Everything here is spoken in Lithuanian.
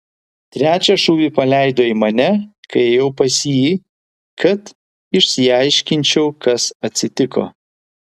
trečią šūvį paleido į mane kai ėjau pas jį kad išsiaiškinčiau kas atsitiko